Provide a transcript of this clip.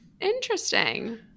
Interesting